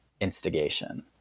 instigation